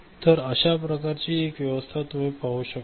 तर अशाप्रकारची एक व्यवस्था तुम्ही येथे पाहू शकता